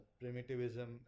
primitivism